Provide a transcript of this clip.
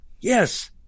yes